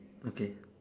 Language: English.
okay